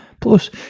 Plus